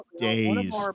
days